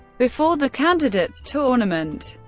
before the candidates' tournament,